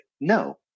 no